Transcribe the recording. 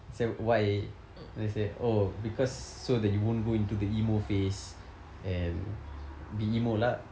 he say why then he say oh because so that you won't go into the emo phase be emo lah